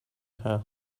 here